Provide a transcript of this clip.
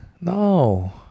No